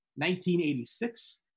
1986